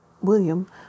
William